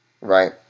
right